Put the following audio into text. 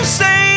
say